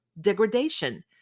degradation